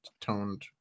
toned